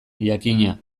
jakina